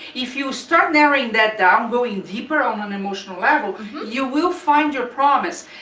if you start narrowing that down going deeper on emotional level, you will find your promise.